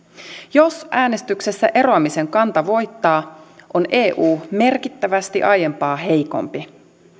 jos äänestyksessä eroamisen kanta voittaa on eu merkittävästi aiempaa heikompi